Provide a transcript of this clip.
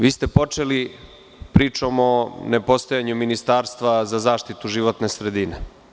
Vi ste počeli pričom o nepostojanju ministarstva za zaštitu životne sredine.